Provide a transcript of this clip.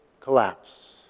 collapse